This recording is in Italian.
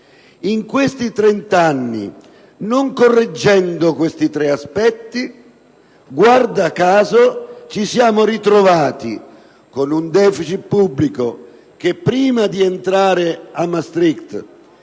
In questi trent'anni, non correggendo questi tre aspetti, guarda caso ci siamo ritrovati con un deficit pubblico che prima di entrare a Maastricht,